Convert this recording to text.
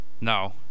No